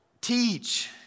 teach